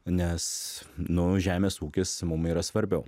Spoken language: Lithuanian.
nes nu žemės ūkis mum yra svarbiau